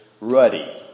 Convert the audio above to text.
ruddy